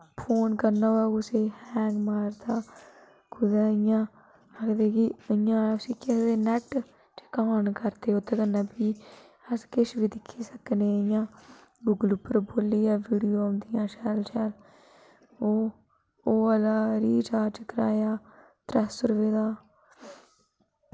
phone करना होऐ कुसैगी हैंग मारदा कुदै इ'यां आखदे कि इयां उसी केह् आखदे नैट आन करदे ओह्दे कन्नै बी अस किश बी दिक्खी सकने इ'यां गुगल उप्पर बोलियै वीडियो औंदियां शैल शैल ओह् ओह् आह्ला रिचार्ज कराया त्रै सौ रपेऽ दा